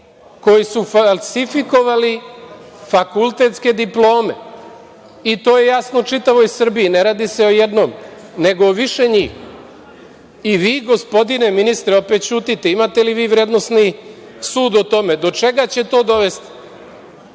koji su falsifikovali fakultetske diplome i to je jasno čitavoj Srbiji, ne radi se o jednom, nego više njih. I vi, gospodine ministre, opet ćutite. Imate li vi vrednosni sud o tome? Do čega će to dovesti?